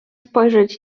spojrzeć